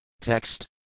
Text